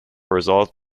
resolved